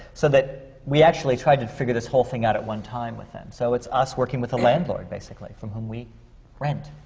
so we actually tried to figure this whole thing out at one time with them. so it's us working with a landlord, basically, from whom we rent.